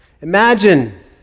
Imagine